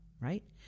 Right